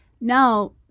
Now